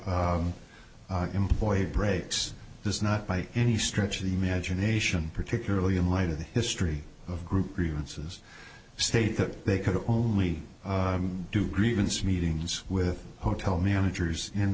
employee breaks does not by any stretch of the imagination particularly in light of the history of group grievances state that they could only do grievance meetings with hotel managers in